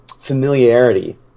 familiarity